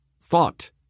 thought